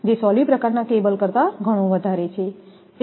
જે સોલિડ પ્રકારનાં કેબલ કરતા ઘણો વધારે છે